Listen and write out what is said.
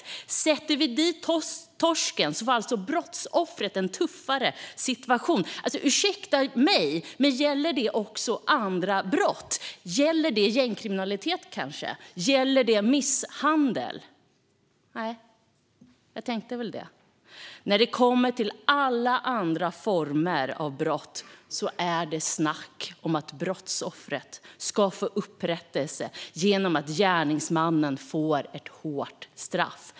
Om vi sätter dit torsken får alltså brottsoffret en tuffare situation. Ursäkta mig, men gäller det också andra brott? Gäller det gängkriminalitet, kanske? Gäller det misshandel? Nej, jag tänkte väl det. När det kommer till alla andra former av brott är det snack om att brottsoffret ska få upprättelse genom att gärningspersonen får ett hårt straff.